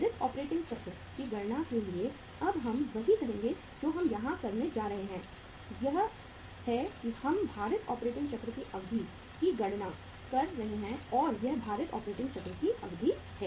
भारित ऑपरेटिंग चक्र की गणना के लिए अब हम वही करेंगे जो हम यहां करने जा रहे हैं यह है कि हम भारित ऑपरेटिंग चक्र की अवधि की गणना कर रहे हैं और यह भारित ऑपरेटिंग चक्र की अवधि है